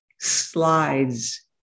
slides